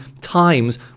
times